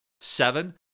Seven